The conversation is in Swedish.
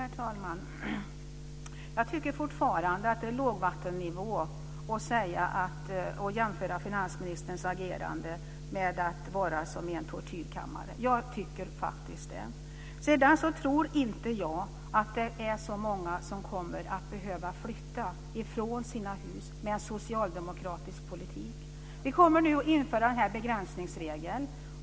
Herr talman! Jag tycker fortfarande att det är lågvattennivå att jämföra finansministerns agerande med att befinna sig i en tortyrkammare. Sedan tror jag inte att det är så många som kommer att behöva flytta från sina hus med en socialdemokratisk politik. Vi inför nu denna begränsningsregel.